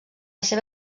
seva